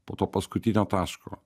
po to paskutinio taško